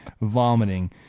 Vomiting